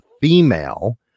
female